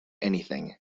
anything